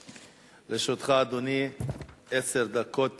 לרשותך, אדוני, עשר דקות תמימות.